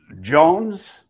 Jones